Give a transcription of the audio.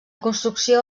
construcció